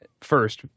first